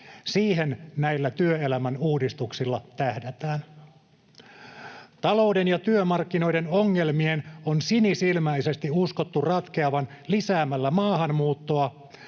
Siihen näillä työelämän uudistuksilla tähdätään. Talouden ja työmarkkinoiden ongelmien on sinisilmäisesti uskottu ratkeavan lisäämällä maahanmuuttoa,